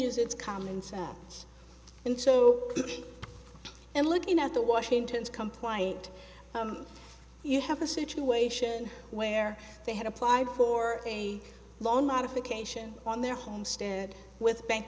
its common sense and so and looking at the washington's compliant you have a situation where they had applied for a loan modification on their homestead with bank